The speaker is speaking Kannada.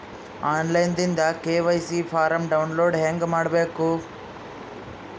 ಆನ್ ಲೈನ್ ದಿಂದ ಕೆ.ವೈ.ಸಿ ಫಾರಂ ಡೌನ್ಲೋಡ್ ಹೇಂಗ ಮಾಡಬೇಕು?